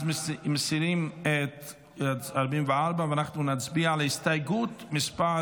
הם מסירים את 44. אנחנו נצביע על הסתייגות מס'